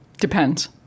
Depends